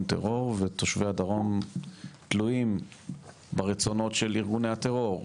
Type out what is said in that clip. טרור ותושבי הדרום תלויים ברצונות של ארגוני הטרור,